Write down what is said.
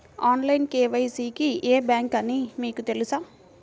Online KYC కి ఏ bank అని మీకు తెలుసా?